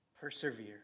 Persevere